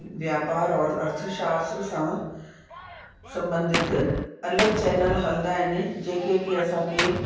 व्यापार और अर्थशास्त्र सां संबंधित अलॻि चैनल हलंदा आहिनि जेके कि असांखे